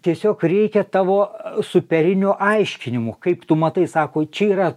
tiesiog reikia tavo superinio aiškinimo kaip tu matai sako čia yra